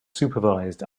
supervised